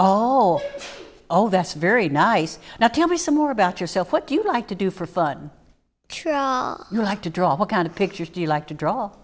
all oh that's very nice now tell me some more about yourself what do you like to do for fun you like to draw what kind of pictures do you like to draw